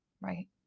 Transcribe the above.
right